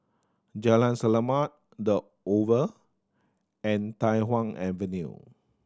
Jalan Selamat The Oval and Tai Hwan Avenue